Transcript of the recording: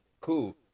Cool